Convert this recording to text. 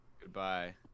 Goodbye